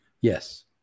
Yes